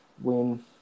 win